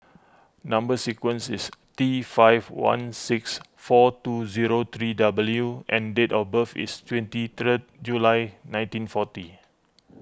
Number Sequence is T five one six four two zero three W and date of birth is twenty third July nineteen forty